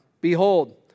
behold